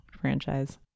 franchise